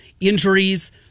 injuries